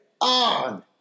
on